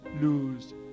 lose